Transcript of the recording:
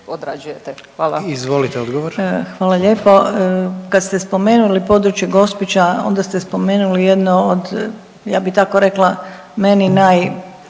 Zlata** Hvala lijepo. Kad ste spomenuli područje Gospića onda ste spomenuli jedno od ja bi tako rekla meni naj,